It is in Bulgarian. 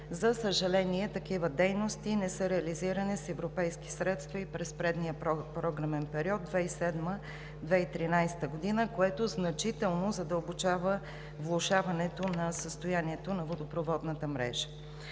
За съжаление, такива дейности не са реализирани с европейски средства и през предния програмен период – 2007 – 2013 г., което значително задълбочава влошаването на състоянието на водопроводната мрежа.